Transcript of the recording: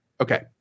Okay